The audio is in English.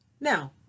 now